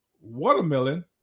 watermelon